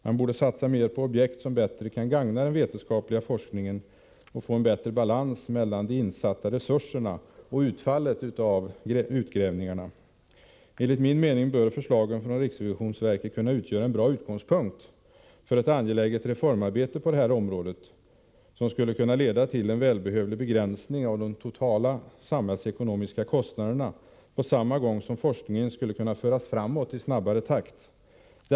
Man borde satsa mer på objekt som bättre kan gagna den vetenskapliga forskningen och få en bättre balans mellan de insatta resurserna och utfallet av utgrävningarna. Enligt min mening bör förslagen från riksrevisionsverket kunna utgöra en bra utgångspunkt för ett angeläget reformarbete på detta område, som skulle — Nr 23 kunna leda till en välbehövlig begränsning av de totala samhällsekonomiska ? Torsdagen den kostnaderna på samma gång som forskningen skulle kunna föras framåt i 8november 1984 snabbare takt.